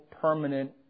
permanent